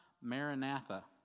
maranatha